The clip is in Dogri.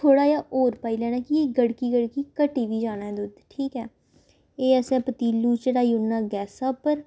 थोह्ड़ा जेहा होर पाई लैना कि गड़की गड़की घट्टी बी जाना ऐ दुद्ध ठीक ऐ एह् असें पतीलू चढ़ाई ओड़ना गैसा उप्पर